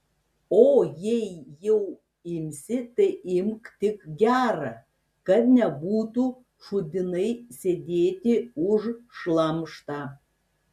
o jei jau imsi tai imk tik gerą kad nebūtų šūdinai sėdėti už šlamštą